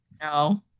No